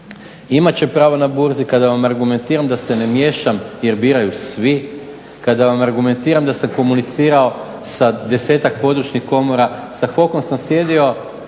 Imat će pravo na burzi kada vam argumentiram da se ne miješam jer biraju, kada vam argumentiram da sam komunicirao sa 10-tak područnih komora, sa … sam sjedio